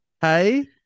hey